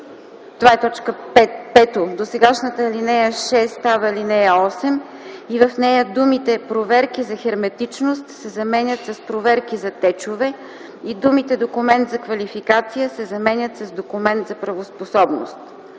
ал. 6 и 7. 5. Досегашната ал. 6 става ал. 8 и в нея думите „проверки за херметичност” се заменят с „проверки за течове” и думите „документ за квалификация” се заменят с „документ за правоспособност”.